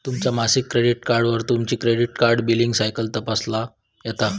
तुमच्या मासिक क्रेडिट कार्डवर तुमची क्रेडिट कार्ड बिलींग सायकल तपासता येता